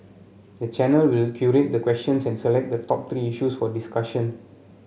the channel will curate the questions and select the top three issues for discussion